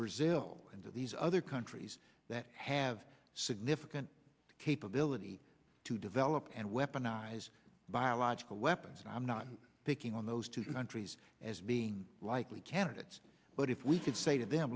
brazil and to these other countries that have significant capability to develop and weaponize biological weapons and i'm not picking on those two countries as being likely candidates but if we could say to them